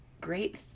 great